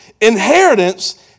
Inheritance